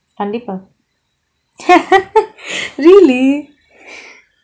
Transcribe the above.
கண்டிப்பா:kandippaa really